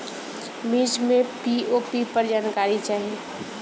मिर्च मे पी.ओ.पी पर जानकारी चाही?